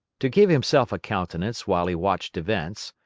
to give himself a countenance while he watched events,